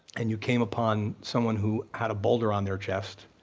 and you came upon someone who had a boulder on their chest,